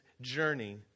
journey